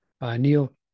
Neil